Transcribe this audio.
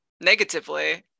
negatively